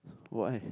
why